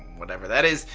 whatever that is.